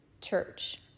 church